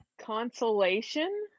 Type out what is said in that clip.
consolation